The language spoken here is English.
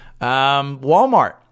Walmart